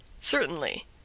Certainly